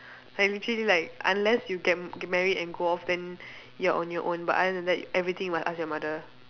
like literally like unless you get get married and go off then you are on your own but other than that everything must ask your mother